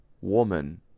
Woman